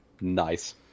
Nice